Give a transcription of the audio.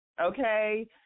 okay